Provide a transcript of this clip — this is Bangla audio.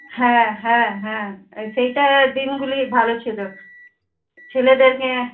হ্যাঁ হ্যাঁ হ্যাঁ সেইটা দিনগুলি ভালো ছিলো ছেলেদের নিয়ে